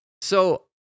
So-